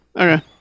Okay